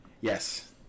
Yes